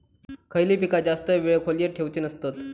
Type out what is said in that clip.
खयली पीका जास्त वेळ खोल्येत ठेवूचे नसतत?